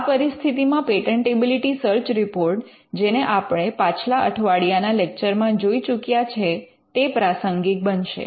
આ પરિસ્થિતિમાં patentability search report જેને આપણે પાછલા અઠવાડિયાના લેક્ચરમાં જોઈ ચૂક્યા છે તે પ્રાસંગિક બનશે